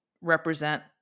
represent